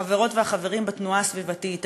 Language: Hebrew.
החברות והחברים בתנועה הסביבתית,